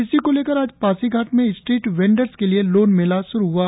इसी को लेकर आज पासीघाट में स्ट्रीट वेंडर्स के लिए लोन मेला शुरु हुए